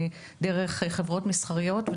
חברות מסחריות,